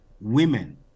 women